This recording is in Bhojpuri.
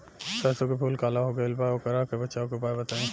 सरसों के फूल काला हो गएल बा वोकरा से बचाव के उपाय बताई?